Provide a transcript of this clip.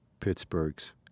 Pittsburghs